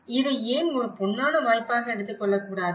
எனவே இதை ஏன் ஒரு பொன்னான வாய்ப்பாக எடுத்துக் கொள்ளக்கூடாது